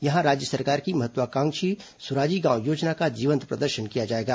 यहां राज्य सरकार की महत्वाकांक्षी सुराजी गांव योजना का जीवंत प्रदर्शन किया जाएगा